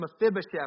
Mephibosheth